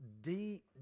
deep